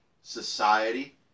society